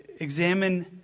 examine